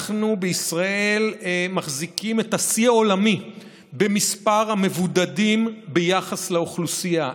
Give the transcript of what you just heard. אנחנו בישראל מחזיקים בשיא העולמי במספר המבודדים ביחס לאוכלוסייה.